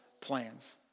plans